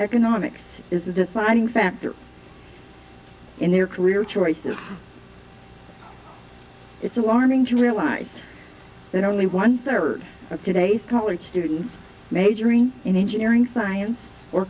economics is the deciding factor in their career choices it's alarming to realize that only one third of today's college students majoring in engineering science or